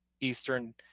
eastern